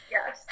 Yes